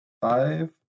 Five